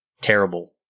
terrible